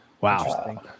Wow